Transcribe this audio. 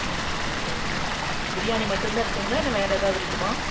ம் சரிங்க பிரியாணி மட்டும் தான் இருக்குங்களா இன்னும் வேறு ஏதாவது இருக்குமா